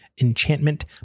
enchantment